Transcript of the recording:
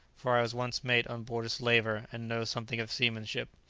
for i was once mate on board a slaver, and know something of seamanship.